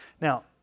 Now